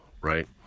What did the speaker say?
right